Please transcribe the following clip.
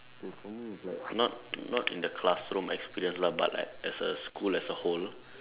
okay for me it's like not not in the classroom experience lah but like as a school as a whole